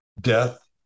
death